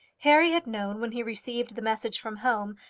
harry had known when he received the message from home,